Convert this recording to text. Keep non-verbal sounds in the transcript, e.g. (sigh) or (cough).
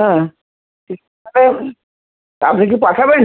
হ্যাঁ ঠিক (unintelligible) আপনি কি পাঠাবেন